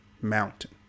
mountain